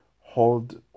hold